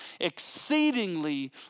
exceedingly